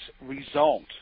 result